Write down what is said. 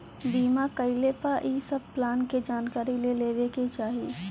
बीमा कईला पअ इ सब प्लान के जानकारी ले लेवे के चाही